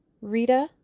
Rita